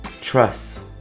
Trust